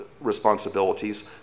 responsibilities